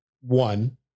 one